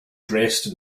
dressed